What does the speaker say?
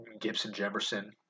Gibson-Jefferson